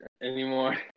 anymore